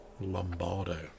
Lombardo